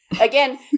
Again